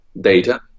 data